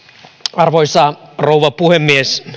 arvoisa rouva puhemies